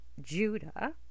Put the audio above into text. judah